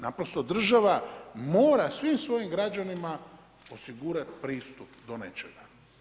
Naprosto država mora svim svojim građanima osigurati pristup do nečega.